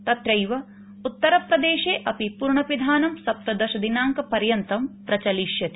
तत्रैवउत्तरप्रदेशे अपि पूर्णपिधानं सप्तदशदिनांकपर्यंत प्रचलिष्यति